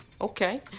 Okay